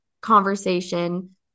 conversation